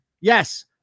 Yes